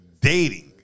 Dating